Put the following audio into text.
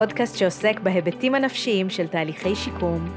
פודקאסט שעוסק בהיבטים הנפשיים של תהליכי שיקום.